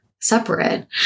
separate